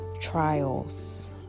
trials